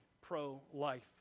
pro-life